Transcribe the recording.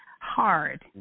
hard